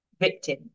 victim